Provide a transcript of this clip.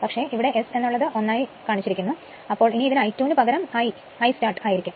പക്ഷെ ഇനി ഇതിൽ I2 വിനു പകരം ഇത് I ആയിരിക്കും